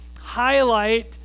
highlight